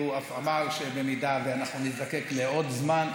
והוא אף אמר שבמידה שאנחנו נזדקק לעוד זמן,